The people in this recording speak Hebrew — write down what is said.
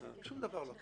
בנקודות האחרונות.